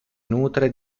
nutre